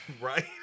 Right